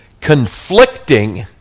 conflicting